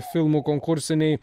filmų konkursinėj